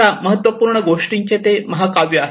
अशा महत्त्वपूर्ण गोष्टींचे ते महाकाव्य आहे